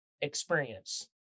experience